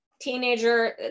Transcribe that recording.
teenager